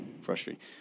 Frustrating